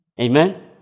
Amen